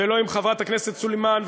ולא עם חברת הכנסת סלימאן,